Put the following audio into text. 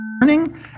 morning